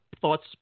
thoughts